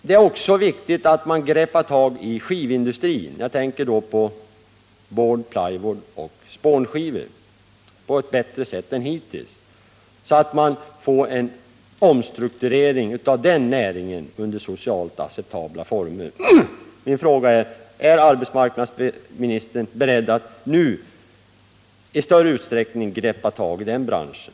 Det är också viktigt att man greppar tag i skivindustrin — jag tänker på board, plywood och spånskivor — på ett bättre sätt än hittills, så att man får en omstrukturering av den näringen under socialt acceptabla former. Min fråga lyder: Är arbetsmarknadsministern beredd att ta kraftigare tag än hittills när det gäller den branschen?